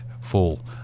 Fall